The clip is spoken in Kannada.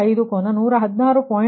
885 ಕೋನ 116